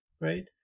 right